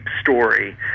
story